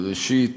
ראשית,